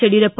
Yediyurappa